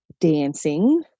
dancing